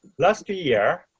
last year,